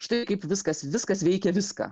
štai kaip viskas viskas veikia viską